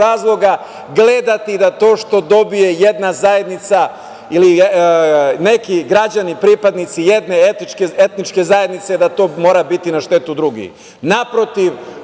razloga gledati da to što dobije jedna zajednica ili neki građani, pripadnici jedne etničke zajednice da to mora biti na štetu drugih. Naprotiv,